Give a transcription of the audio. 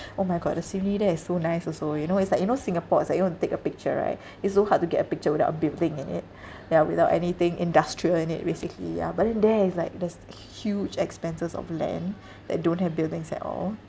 oh my god the scenery there is so nice also you know it's like you know singapore is like you want to take a picture right it's so hard to get a picture without a building in it ya without anything industrial in it basically ah but then there is like there's huge expanses of land that don't have buildings at all